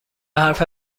حرف